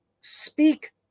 speak